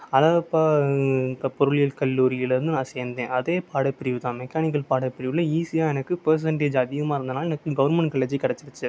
அழகப்பா பொறியியல் கல்லூரியில் நான் சேர்ந்தேன் அதே பாடப்பிரிவு தான் மெக்கானிக்கல் பாடப்பிரிவில் ஈஸியாக எனக்கு பெர்சன்ட்டேஜ் அதிகமாக இருந்ததுனால் எனக்கு கவர்மெண்ட் காலேஜில் கிடச்சிடுச்சி